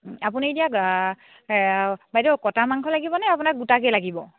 আপুনি এতিয়া বাইদেউ কটা মাংস লাগিবনে আপোনাক গোটাকেই লাগিব